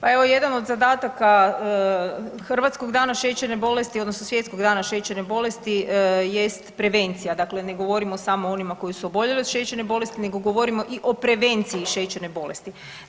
Pa evo jedan od zadataka Hrvatskog dana šećerne bolesti odnosno Svjetskog dana šećerne bolesti jest prevencija, dakle ne govorimo samo o onima koji su oboljeli od šećerne bolesti nego govorimo i o prevenciji šećerne bolesti.